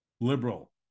liberal